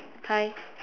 hi